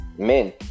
Men